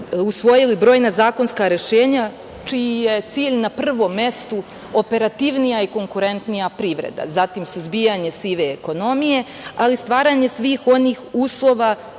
usvojili brojna zakonska rešenja čiji je cilj na prvom mestu operativnija i konkurentnija privreda, suzbijanje sive ekonomije, ali i stvaranje svih onih uslova